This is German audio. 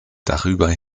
darüber